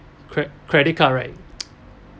cre~ credit card right